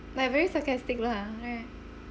like very sarcastic lah right